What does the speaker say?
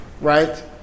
Right